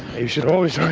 you should always